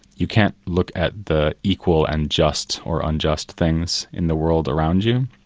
you can't look at the equal and just or unjust things in the world around you,